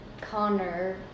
Connor